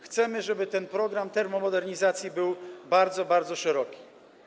Chcemy, żeby ten program termomodernizacji był bardzo, bardzo szeroki.